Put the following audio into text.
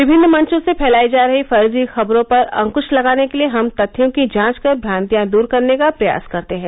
विभिन्न मंचों से फैलाई जा रहीं फर्जी खबरों पर अंक्श लगाने के लिए हम तथ्यों की जांच कर भ्रांतियां दूर करने का प्रयास करते हैं